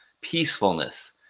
peacefulness